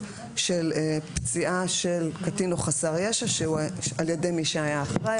של פציעה של קטין או חסר ישע על ידי מי שהיה אחראי